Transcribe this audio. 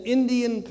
Indian